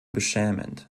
beschämend